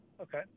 Okay